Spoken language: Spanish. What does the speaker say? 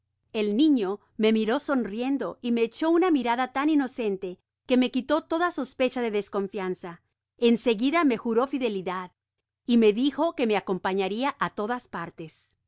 el niño me miró sonriendo y me echó una mirada tan inocente que me quitó toda sospecha de desconfianza en seguida me juró fidelidad y me dijo que me acompa fiaria á todas partes